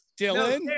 Dylan